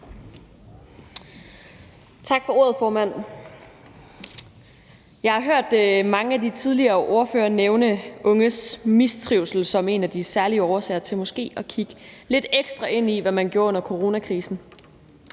Tak for ordet, formand. Jeg har hørt mange af de tidligere ordførere nævne unges mistrivsel som en af de særlige årsager til måske at kigge lidt ekstra ind i, hvad man gjorde under coronakrisen.